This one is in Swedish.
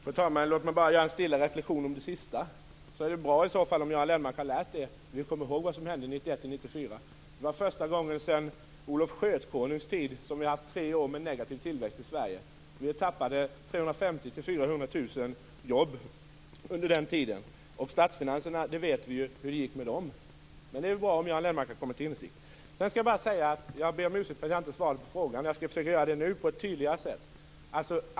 Fru talman! Låt mig bara göra en stilla reflexion beträffande det sista som Göran Lennmarker sade. Det är i så fall bra om Göran Lennmarker har lärt sig av detta. Vi kommer ju ihåg vad som hände 1991 1994. Det var första gången sedan Olof Skötkonungs tid som vi har haft tre år med negativ tillväxt i Sverige. Vi förlorade 350 000-400 000 jobb under den tiden. Och vi vet ju hur det gick med statsfinanserna. Men det är ju bra om Göran Lennmarker har kommit till insikt. Sedan vill jag bara be om ursäkt för att jag inte svarade på frågan, men jag skall försöka göra det nu på ett tydligare sätt.